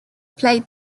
played